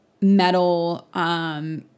metal